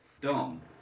Dom